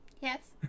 Yes